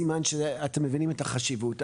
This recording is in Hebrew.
זה סימן שאתם מבינים את החשיבות.